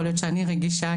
יכול להיות שאני רגישה,